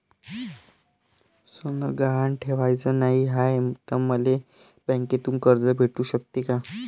सोनं गहान ठेवाच नाही हाय, त मले बँकेतून कर्ज भेटू शकते का?